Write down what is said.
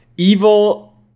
Evil